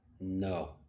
no